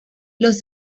los